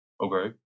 okay